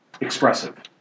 expressive